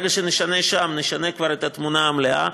וברגע שנשנה שם נשנה כבר את התמונה המלאה.